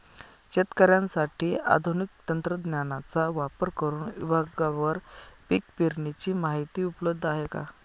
शेतकऱ्यांसाठी आधुनिक तंत्रज्ञानाचा वापर करुन विभागवार पीक पेरणीची माहिती उपलब्ध आहे का?